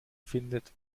findet